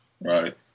right